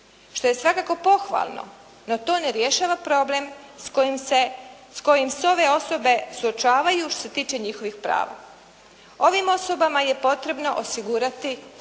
što je svakako pohvalno, no to ne rješava problem s kojim se ove osobe suočavaju što se tiče njihovih prava. Ovim osobama je potrebno osigurati jednaka